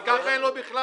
אבל ככה אין לו בכלל.